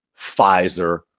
Pfizer